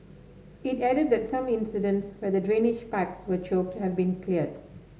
it added that some incidents where the drainage pipes were choked have been cleared